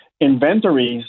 inventories